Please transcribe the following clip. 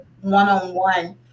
one-on-one